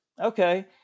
Okay